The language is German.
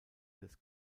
des